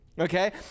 okay